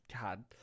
God